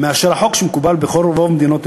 מהחוק שמקובל בכל ורוב מדינות אירופה,